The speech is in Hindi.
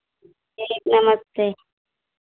ठीक नमस्ते